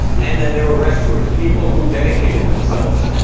and then there were rescuers, people who dedicated themselves